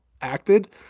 acted